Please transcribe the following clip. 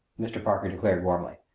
mr. parker declared warmly.